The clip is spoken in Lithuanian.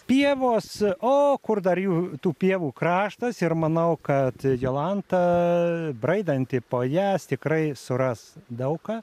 pievos o kur dar jų tų pievų kraštas ir manau kad jolanta braidanti po jas tikrai suras daug ką